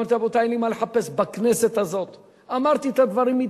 אמרתי: רבותי,